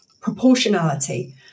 Proportionality